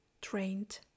trained